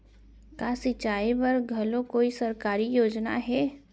का सिंचाई बर घलो कोई सरकारी योजना हे?